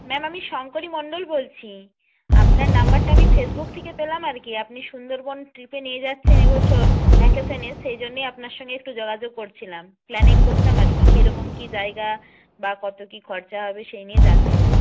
ma'am আমি শংকরী মন্ডল বলছি আপনার নাম্বারটা আমি ফেসবুক থেকে পেলাম আর কি আপনি সুন্দরবন ট্রিপে নিয়ে যাচ্ছেন এবছর ভ্যাকেশনে সেই জন্যই আপনার সঙ্গে একটু যোগাযোগ করছিলাম প্ল্যানিং করতাম আর কি কীরকম কী জায়গা বা কত কী খরচা হবে সেই নিয়ে জানছিলাম